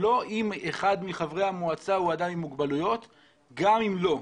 לא אם אחד מחברי המועצה הוא אדם עם מוגבלויות אלא גם אם לא.